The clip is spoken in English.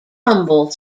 rumble